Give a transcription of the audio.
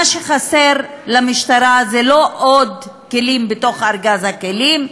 מה שחסר למשטרה זה לא עוד כלים בארגז הכלים,